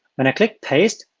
when i click paste,